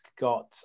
got